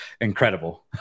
incredible